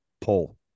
pull